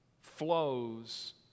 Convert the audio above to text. flows